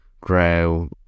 grow